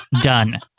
done